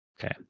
Okay